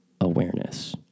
awareness